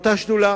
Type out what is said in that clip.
באותה שדולה.